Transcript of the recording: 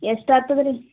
ಎಷ್ಟು ಆಗ್ತದ್ ರೀ